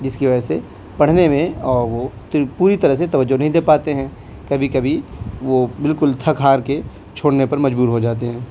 جس کی وجہ سے پڑھنے میں اور وہ پوری طرح سے توجہ نہیں دے پاتے ہیں کبھی کبھی وہ بالکل تھک ہار کے چھوڑنے پر مجبور ہو جاتے ہیں